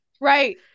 Right